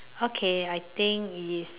okay I think it's